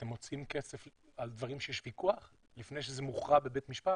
אתם מוציאים כסף על דברים שיש ויכוח לפני שזה מוכרע בבית משפט?